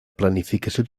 planificació